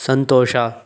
ಸಂತೋಷ